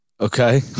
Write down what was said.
Okay